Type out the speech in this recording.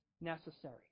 necessary